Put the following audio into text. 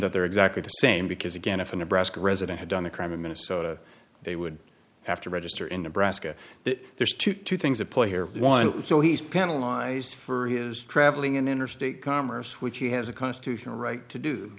that they're exactly the same because again if a new breast resident had done the crime in minnesota they would have to register in nebraska that there's two two things at play here one so he's penalize for his traveling in interstate commerce which he has a constitutional right to do